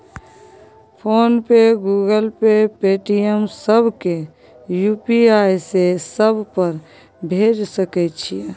Phone पे, Google Pay, Paytm, सब के UPI से सब पर भेज सके छीयै?